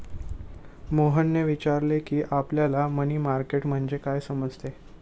मोहनने विचारले की, आपल्याला मनी मार्केट म्हणजे काय समजते?